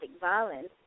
violence